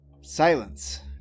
Silence